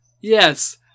yes